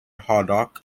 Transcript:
haddock